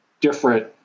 different